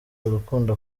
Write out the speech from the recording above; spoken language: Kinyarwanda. urukundo